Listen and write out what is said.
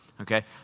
Okay